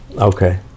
Okay